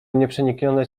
nieprzeniknione